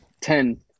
ten